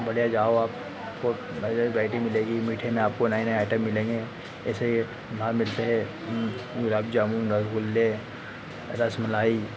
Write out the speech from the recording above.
बढ़िया जाओ आप को बैटी मिलेगी मीठे में आपको नए नए आइटम मिलेंगे ऐसे ही वहां मिलते हैं गुलाब जामुन रसगुल्ले रसमलाई